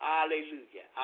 Hallelujah